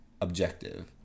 objective